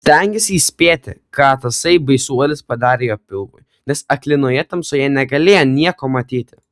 stengėsi įspėti ką tasai baisuolis padarė jo pilvui nes aklinoje tamsoje negalėjo nieko matyti